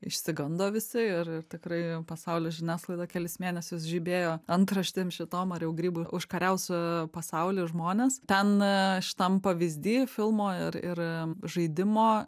išsigando visi ir ir tikrai pasaulio žiniasklaida kelis mėnesius žibėjo antraštėm šitom ar jau grybai užkariaus pasaulį žmones ten šitam pavyzdį filmo ir ir žaidimo